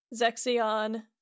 Zexion